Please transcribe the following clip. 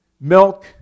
milk